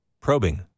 probing